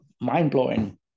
mind-blowing